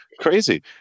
crazy